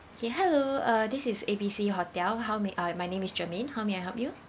okay hello uh this is A B C hotel how may uh my name is germaine how may I help you